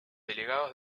delegados